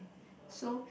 so